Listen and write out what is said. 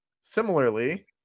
Similarly